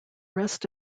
rest